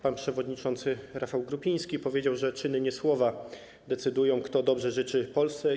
Pan przewodniczący Rafał Grupiński powiedział, że czyny, a nie słowa decydują, kto dobrze życzy Polsce.